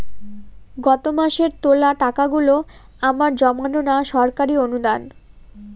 গত মাসের তোলা টাকাগুলো আমার জমানো না সরকারি অনুদান?